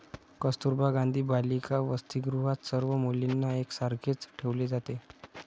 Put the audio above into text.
कस्तुरबा गांधी बालिका वसतिगृहात सर्व मुलींना एक सारखेच ठेवले जाते